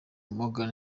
morgan